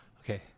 Okay